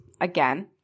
Again